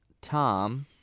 Tom